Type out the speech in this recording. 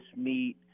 meet